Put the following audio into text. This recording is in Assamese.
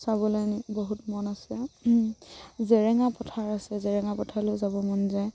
চাবলৈ নি বহুত মন আছে জেৰেঙা পথাৰ আছে জেৰেঙা পথাৰলৈ যাব মন যায়